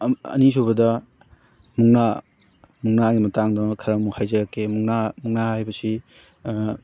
ꯑꯅꯤ ꯁꯨꯕꯗ ꯃꯨꯛꯅꯥ ꯃꯨꯛꯅꯥꯒꯤ ꯃꯇꯥꯡꯗ ꯈꯔ ꯑꯃꯨꯛ ꯍꯥꯏꯖꯔꯛꯀꯦ ꯃꯨꯛꯅꯥ ꯃꯨꯛꯅꯥ ꯍꯥꯏꯕꯁꯤ